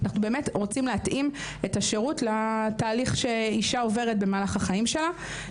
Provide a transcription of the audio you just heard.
אנחנו באמת רוצות להתאים את השירות לתהליך שאישה עוברת במהלך החיים שלה.